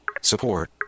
Support